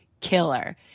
killer